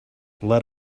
let